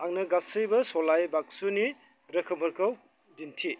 आंनो गासैबो सलाय बाक्सुनि रोखोमफोरखौ दिन्थि